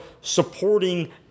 supporting